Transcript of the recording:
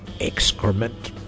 Excrement